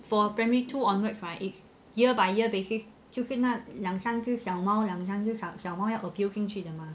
for primary two onwards right it's year by year basis 就是那两三只小猫两三只小猫要 appeal 进去的 mah